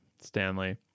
Stanley